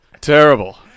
Terrible